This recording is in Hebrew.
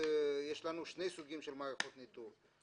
יש לנו שני סוגים של מערכות ניטור: